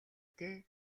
дээ